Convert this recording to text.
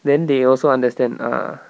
then they also understand ah